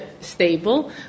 stable